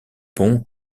pont